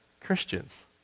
Christians